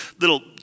little